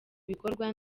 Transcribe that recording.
bikorwa